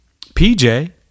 PJ